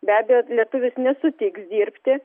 be abejo lietuvis nesutiks dirbti